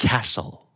Castle